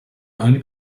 only